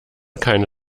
keine